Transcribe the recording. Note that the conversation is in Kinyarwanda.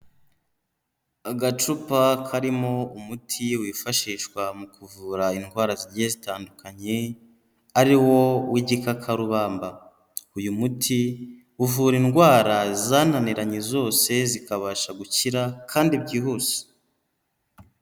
Agacupa karimo umuti wifashishwa mu kuvura indwara zigiye zitandukanye, ariwo w'igikakarubamba, uyu muti uvura indwara zananiranye zose zikabasha gukira kandi byihuse.